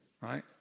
Right